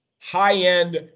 high-end